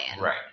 Right